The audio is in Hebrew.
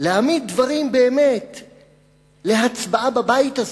להעמיד דברים להצבעה בבית הזה,